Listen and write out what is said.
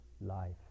life